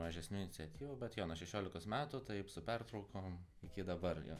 mažesnių iniciatyvų bet jo nuo šešiolikos metų taip su pertraukom iki dabar jo